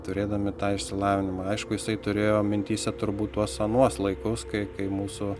turėdami tą išsilavinimą aišku jisai turėjo mintyse turbūt tuos anuos laikus kai kai mūsų